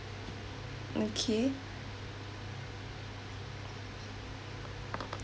okay